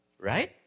right